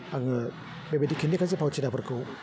आङो बेबायदि खिन्थिगासे फावथिनाफोरखौ